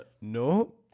No